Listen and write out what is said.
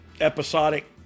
episodic